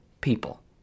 people